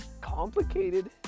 complicated